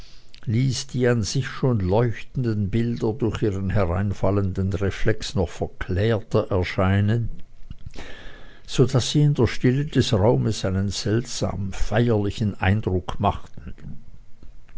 ließ die an sich schon leuchtenden bilder durch ihren hereinfallenden reflex noch verklärter erscheinen so daß sie in der stille des raumes einen seltsam feierlichen eindruck machten